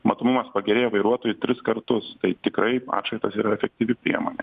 matomumas pagerėja vairuotojui tris kartus tai tikrai atšvaitas yra efektyvi priemonė